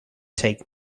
take